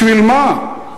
בשביל מה?